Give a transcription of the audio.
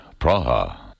Praha